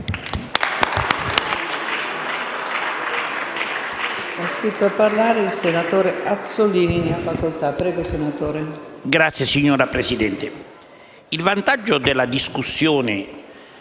il vantaggio della discussione